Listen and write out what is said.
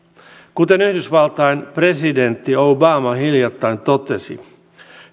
kuten yhdysvaltain presidentti obama hiljattain totesi